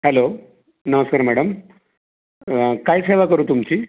hello नमस्कार madam काय सेवा करू तुमची